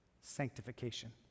sanctification